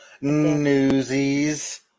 newsies